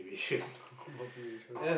motivation